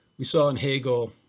we saw in hegel,